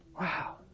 Wow